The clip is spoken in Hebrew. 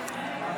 שנייה.